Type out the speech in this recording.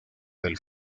del